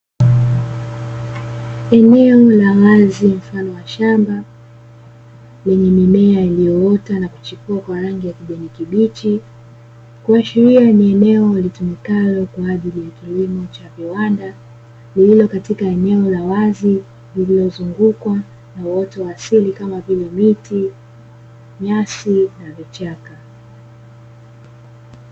Eneo la wazi mfano wa shamba lenye mimea iliyoota na kuchipua kwa rangi ya kijani kibichi kuashiria ni eneo litumikalo kwa ajili ya kilimo cha viwanda, lililo katika eneo la wazi lililozungukwa na uoto wa asili kama vile miti, nyasi na vichaka.